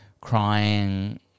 crying